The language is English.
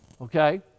Okay